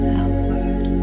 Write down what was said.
outward